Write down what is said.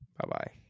bye-bye